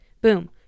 boom